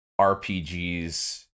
RPGs